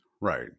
Right